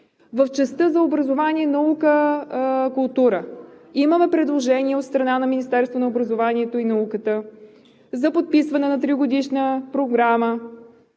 в частта за образование, наука, култура имаме предложение от страна на Министерството на образованието и науката за подписване на тригодишна програма